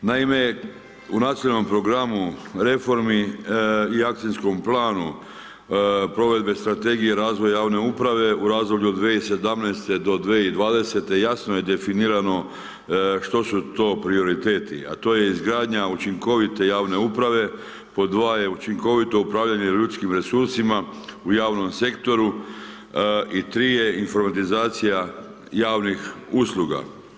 Naime, u Nacionalnom programu reformi i Akcijskom planu provedbe strategije razvoja javne uprave u razdoblju od 2017. do 2020. jasno je definirano što su to prioriteti, a to je izgradnja učinkovite javne uprave, pod dva je učinkovito upravljanje ljudskim resursima u javnom sektoru i tri je informatizacija javnih usluga.